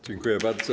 Dziękuję bardzo.